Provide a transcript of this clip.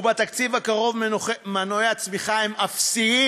ובתקציב הקרוב מנועי הצמיחה הם אפסיים.